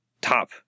Top